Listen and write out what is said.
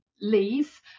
leave